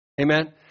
Amen